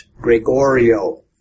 Gregorio